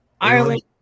Ireland